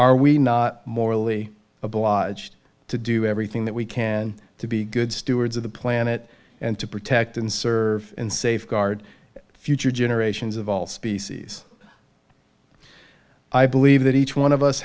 are we morally obliged to do everything that we can to be good stewards of the planet and to protect and serve and safeguard future generations of all species i believe that each one of us